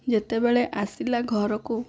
ଯେତେବେଳେ ଆସିଲା ଘରକୁ